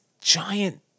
giant